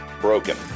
broken